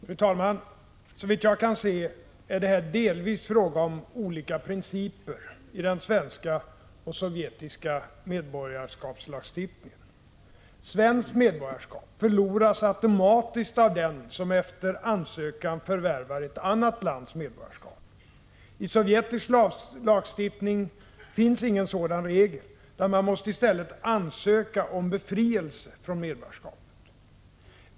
Fru talman! Såvitt jag kan se är detta delvis fråga om olika principer i den svenska och den sovjetiska medborgarskapslagstiftningen. Svenskt medborgarskap förloras automatiskt av den som efter ansökan förvärvar ett annat lands medborgarskap. I sovjetisk lagstiftning finns ingen sådan regel, utan man måste i stället ansöka om befrielse från medborgarskapet.